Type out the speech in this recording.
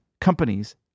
companies